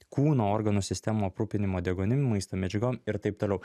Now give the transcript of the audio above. kūno organų sistemų aprūpinimo deguonimi maisto medžiagom ir taip toliau